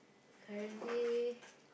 currently